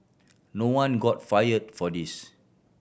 no one got fire for this